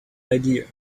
idea